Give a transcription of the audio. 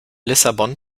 lissabon